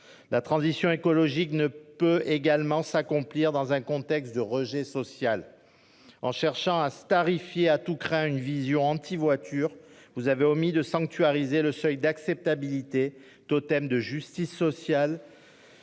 la transition écologique ne peut pas davantage s'accomplir dans un contexte de rejet social. En cherchant à « starifier » à tout crin une vision anti-voiture, vous avez omis de sanctuariser le seuil d'acceptabilité, totem de justice sociale